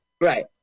Right